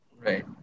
Right